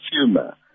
consumer